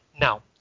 Now